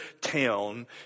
town